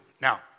Now